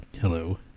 Hello